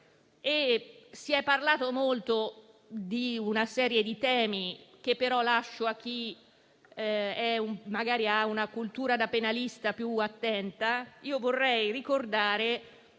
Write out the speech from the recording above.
Si è parlato molto di una serie di temi, che però lascio a chi, magari, ha una cultura da penalista più attenta; io vorrei ricordare